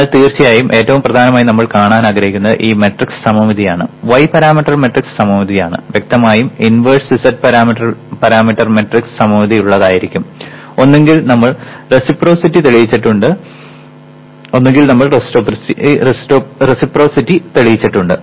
എന്നാൽ തീർച്ചയായും ഏറ്റവും പ്രധാനമായി നമ്മൾ കാണാൻ ആഗ്രഹിക്കുന്നത് ഈ മാട്രിക്സ് സമമിതിയാണ് y പാരാമീറ്റർ മാട്രിക്സ് സമമിതിയാണ് വ്യക്തമായും ഇൻവേഴ്സ് z പാരാമീറ്റർ മാട്രിക്സും സമമിതിയുള്ളതായിരിക്കും ഒന്നുകിൽ നമ്മൾ റെസിപ്രോസിറ്റി തെളിയിച്ചിട്ടുണ്ട്